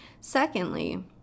secondly